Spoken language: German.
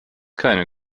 keine